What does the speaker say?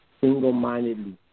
single-mindedly